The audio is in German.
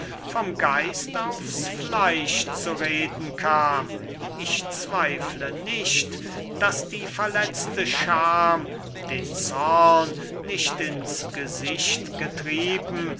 vom geist aufs fleisch zu reden kam ich zweifle nicht daß die verletzte scham den zorn nicht ins gesicht getrieben